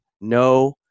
no